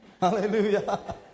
Hallelujah